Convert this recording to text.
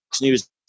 News